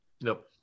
nope